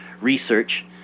research